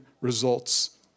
results